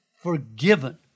forgiven